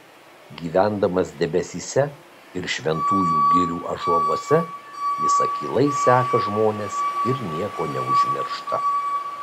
gyvendamas debesyse ir šventųjų girių ąžuoluose jis akylai seka žmones ir nieko neužmiršta